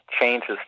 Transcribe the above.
changes